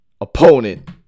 Opponent